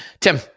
Tim